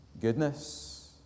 goodness